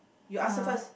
you answer first